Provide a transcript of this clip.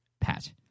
pat